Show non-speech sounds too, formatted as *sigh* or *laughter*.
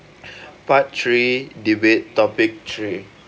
*breath* part three debate topic three